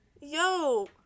yo